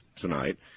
tonight